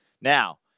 now